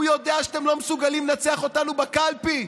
הוא יודע שאתם לא מסוגלים לנצח אותנו בקלפי.